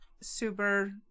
super